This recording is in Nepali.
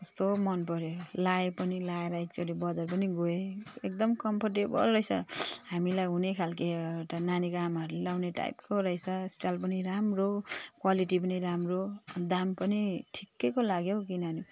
कस्तो मनपर्यो लगाएँ पनि लगाएर एकचोटि बजार पनि गएँ एकदम कम्फर्टेबल रहेछ हामीलाई हुने खालके एउटा नानीको आमाहरूले लगाउने टाइपको रहेछ स्टाइल पनि राम्रो क्वालिटी पनि राम्रो दाम पनि ठिक्कैको लाग्यो हो किनभने